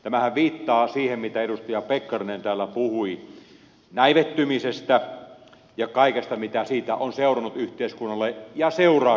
tämähän viittaa siihen mitä edustaja pekkarinen täällä puhui näivettymisestä ja kaikesta mitä siitä on seurannut yhteiskunnalle ja seuraa yhteiskunnalle